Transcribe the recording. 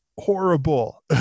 horrible